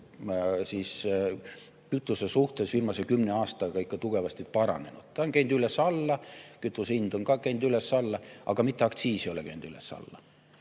kütuse suhtes viimase kümne aastaga ikka tugevasti paranenud, ta on käinud üles-alla, kütuse hind on ka käinud üles-alla, aga mitte aktsiis ei ole käinud üles-alla.